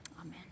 Amen